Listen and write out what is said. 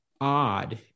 odd